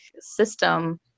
system